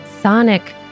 sonic